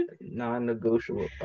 non-negotiable